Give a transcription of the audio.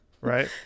Right